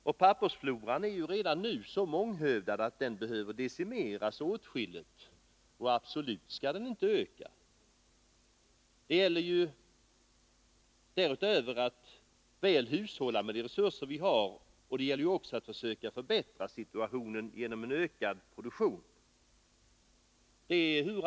Och pappersfloran är redan nu så rikhaltig att den behöver decimeras åtskilligt, och den skall absolut inte öka. Därutöver gäller det att hushålla med de resurser vi har och att försöka förbättra situationen genom en ökad produktion.